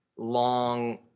long